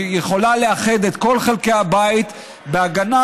היא יכולה לאחד את כל חלקי הבית בהגנה